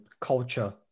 culture